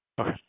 Okay